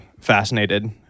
fascinated